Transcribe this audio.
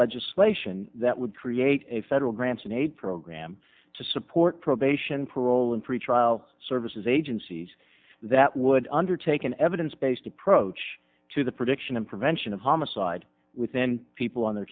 legislation that would create a federal grants and aid program to support probation parole and free trial services agencies that would undertake an evidence based approach to the prediction and prevention of homicide within people on their